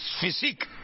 physique